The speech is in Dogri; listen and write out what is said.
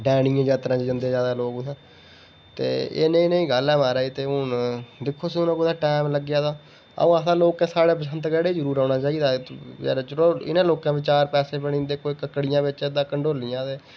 डैनी दी जात्तरा जंदे जादै लोक उत्थें ते नेहीं नेहीं गल्ल ऐ म्हाराज दिक्खो सुनो टैम लग्गेआ कुदै तां अं'ऊ आखदे लोकें साढ़े बसंतगढ़ गी जरूर औना चाहिदा इ'नें लोकें बी चार पैसे बनी जंदे कोई ककड़ियां बेचा दा ते कोई कंडोलियां